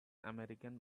american